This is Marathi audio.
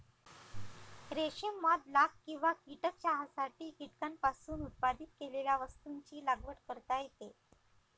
रेशीम मध लाख किंवा कीटक चहासाठी कीटकांपासून उत्पादित केलेल्या वस्तूंची लागवड करता येते